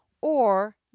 or—